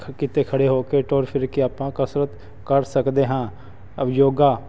ਕਿਤੇ ਖੜ੍ਹੇ ਹੋ ਕੇ ਤੁਰ ਫਿਰ ਕੇ ਆਪਾਂ ਕਸਰਤ ਕਰ ਸਕਦੇ ਹਾਂ ਅ ਯੋਗਾ